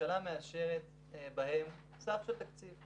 והממשלה מאשרת בהם סך של תקציב.